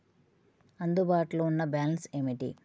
అందుబాటులో ఉన్న బ్యాలన్స్ ఏమిటీ?